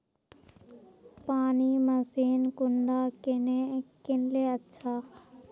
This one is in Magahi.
पानी मशीन कुंडा किनले अच्छा?